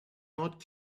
not